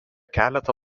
keletą